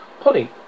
Polly